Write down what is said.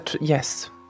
Yes